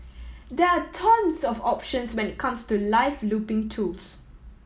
there are tons of options when it comes to live looping tools